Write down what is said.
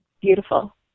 beautiful